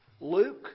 Luke